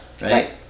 right